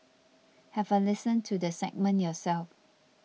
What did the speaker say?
have a listen to the segment yourself